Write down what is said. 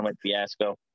fiasco